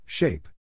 Shape